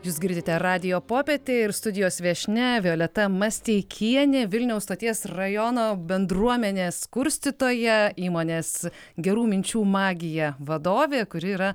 jūs girdite radijo popietė ir studijos viešnia violeta masteikienė vilniaus stoties rajono bendruomenės kurstytoja įmonės gerų minčių magija vadovė kuri yra